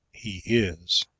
he is.